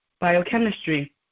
biochemistry